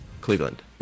Cleveland